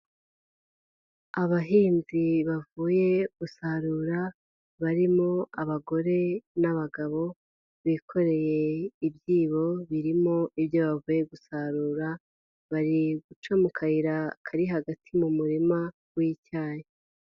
Abahinzi bavuye gusarura, barimo abagore n'abagabo, bikoreye ibyibo birimo ibyo bavuye gusarura, bari guca mu kayira kari hagati mu murima w'icyayi.